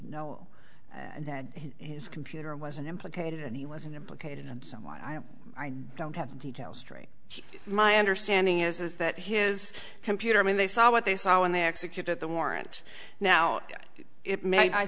no and that his computer wasn't implicated and he was in a blockade and someone i don't have the details straight my understanding is that his computer i mean they saw what they saw when they executed the warrant now it may i